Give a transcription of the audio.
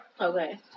Okay